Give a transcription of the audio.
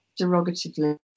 derogatively